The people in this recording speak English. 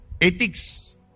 Ethics